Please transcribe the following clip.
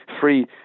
free